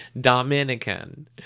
Dominican